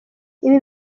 ibi